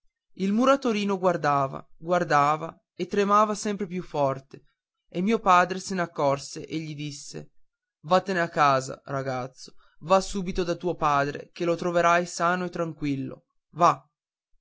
il muratorino guardava guardava e tremava sempre più forte e mio padre se n'accorse e gli disse vattene a casa ragazzo va subito da tuo padre che lo troverai sano e tranquillo va